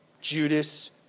Judas